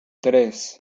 tres